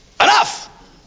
enough